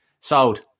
sold